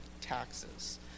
taxes